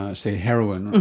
and say, heroin,